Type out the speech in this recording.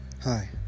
Hi